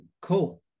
cool